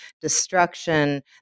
destruction